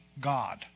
God